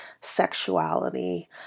sexuality